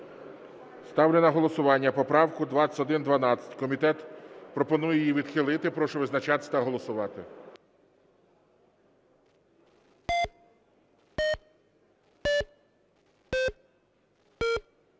Ставлю на голосування поправку 2099. Комітет пропонує відхилити. Прошу визначатись та голосувати.